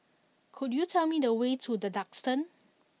could you tell me the way to The Duxton